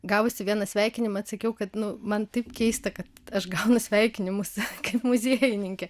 gavusi vieną sveikinimą atsakiau kad nu man taip keista kad aš gaunu sveikinimus kaip muziejininkė